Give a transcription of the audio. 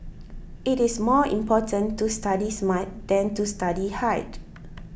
it is more important to study smart than to study hard